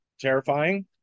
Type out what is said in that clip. terrifying